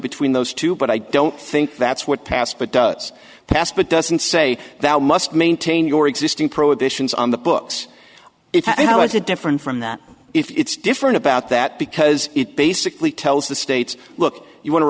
between those two but i don't think that's what passed but does pass but doesn't say that must maintain your existing prohibitions on the books if you know is it different from that if it's different about that because it basically tells the states look want to